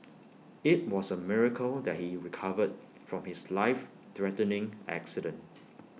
IT was A miracle that he recovered from his life threatening accident